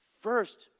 First